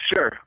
Sure